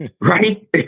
Right